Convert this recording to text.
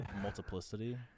Multiplicity